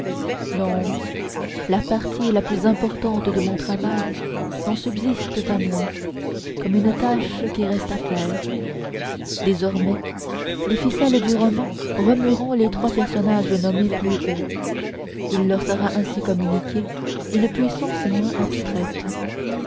non la partie la plus importante de mon travail n'en subsiste pas moins comme tâche qui reste à faire désormais les ficelles du roman remueront les trois personnages nommés plus haut il leur sera ainsi communiqué une puissance moins abstraite